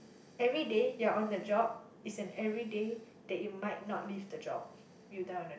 everyday you're on the job is an everyday that you might not leave the job you die on the